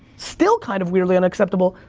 still kind of weirdly unacceptable,